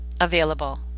available